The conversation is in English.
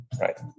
right